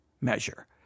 measure